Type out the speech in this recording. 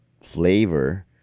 flavor